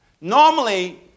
Normally